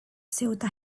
ceuta